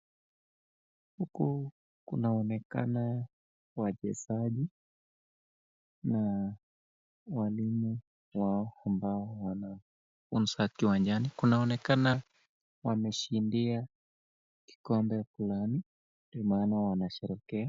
Huku kunaonekana wachezaji na walimu wao ambao wanasimama kiwanjani. Kunaonekana wameshindia kikombe flani ndo maana wanasherehekea.